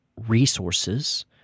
resources